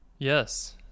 Yes